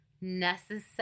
necessary